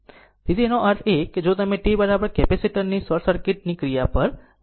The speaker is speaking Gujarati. તેથી તેનો અર્થ એ છે કે જો તમે t કેપેસિટર ની શોર્ટ સર્કિટ ની ક્રિયા પર આવો